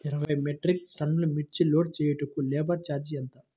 ఇరవై మెట్రిక్ టన్నులు మిర్చి లోడ్ చేయుటకు లేబర్ ఛార్జ్ ఎంత?